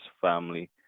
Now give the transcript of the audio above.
family